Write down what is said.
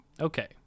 Okay